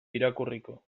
irakurriko